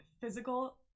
physical